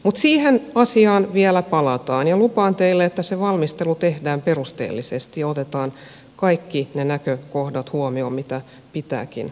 mutta siihen asiaan vielä palataan ja lupaan teille että se valmistelu tehdään perusteellisesti ja otetaan kaikki ne näkökohdat huomioon mitä pitääkin ottaa